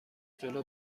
جلو